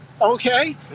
okay